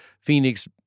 Phoenix